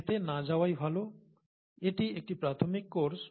এতে না যাওয়াই ভালো এটি একটি প্রাথমিক কোর্স